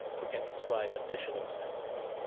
we can describe additional senses.